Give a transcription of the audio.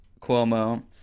Cuomo